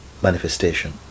Manifestation